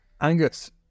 angus